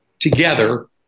together